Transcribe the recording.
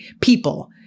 people